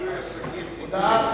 רישוי עסקים (תיקון מס' 26,